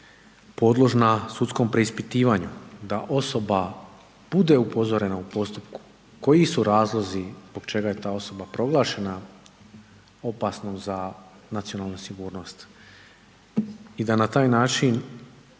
podložna sudskom preispitivanju, da osoba bude upozorena u postupku koji su razlozi zbog čega je ta osoba proglašena opasnom za nacionalnu sigurnost i da na taj način